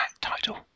title